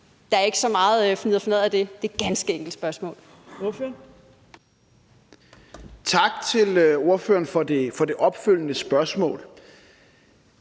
Der er ikke så meget fnidder fnadder i det. Det er et ganske enkelt spørgsmål.